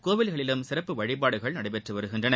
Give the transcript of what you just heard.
கோவில்களிலும் சிறப்பு வழிபாடுகள் நடைபெற்று வருகின்றன